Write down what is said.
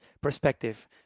perspective